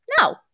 No